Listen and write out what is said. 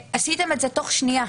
עשיתם את זה תוך שנייה,